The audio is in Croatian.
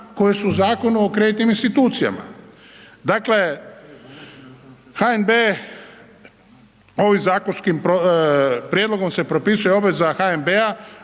koje su u Zakonu o kreditnim institucijama. Dakle, HNB ovim zakonskim prijedlogom se propisuje obveza HNB-a